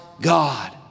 God